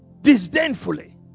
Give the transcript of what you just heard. disdainfully